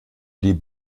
die